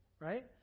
Right